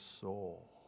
soul